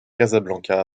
casablanca